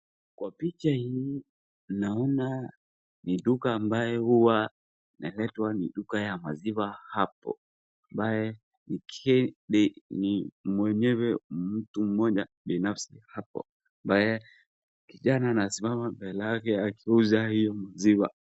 Kwa picha hii naona ni duka ambayo huwa inaletwa duka ya maziwa hapo ambaye mwenyewe mtu moja binafsi hapo ambaye kijana anasimama mbele yake akiuza hiyo maziwa.